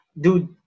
dude